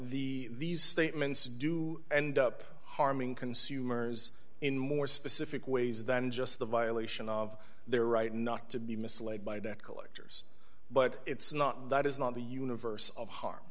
the these statements do end up harming consumers in more specific ways than just the violation of their right not to be misled by debt collectors but it's not that is not the universe of harm